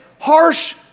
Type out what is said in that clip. harsh